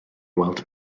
weld